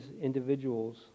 individuals